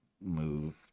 move